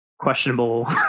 questionable